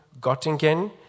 Gottingen